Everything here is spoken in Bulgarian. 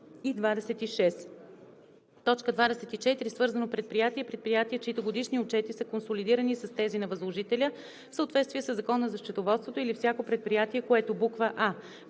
и 26: „24. „Свързано предприятие“ е предприятие, чиито годишни отчети са консолидирани с тези на възложителя в съответствие със Закона за счетоводството, или всяко предприятие, което: а)